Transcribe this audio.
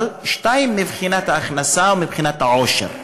אבל שתיים מבחינת ההכנסה ומבחינת העושר.